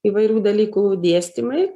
įvairių dalykų dėstymai